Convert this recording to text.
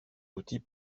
outils